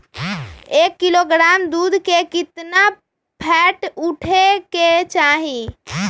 एक किलोग्राम दूध में केतना फैट उठे के चाही?